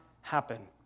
happen